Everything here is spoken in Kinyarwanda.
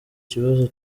kibazo